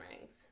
rings